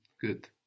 Good